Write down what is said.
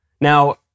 Now